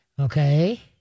Okay